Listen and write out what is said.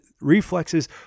Reflexes